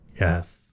Yes